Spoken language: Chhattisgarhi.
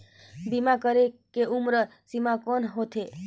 बीमा करे के उम्र सीमा कौन होथे?